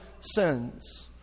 sins